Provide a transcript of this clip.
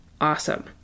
awesome